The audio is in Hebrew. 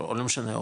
או לא משנה,